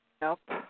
Nope